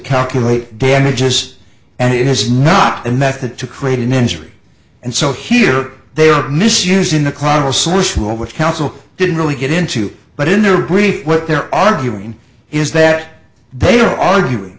calculate damages and it has not a method to create an injury and so here they are misusing the chloral source will which council didn't really get into but in their brief what they're arguing is that they are all arguing